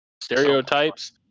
Stereotypes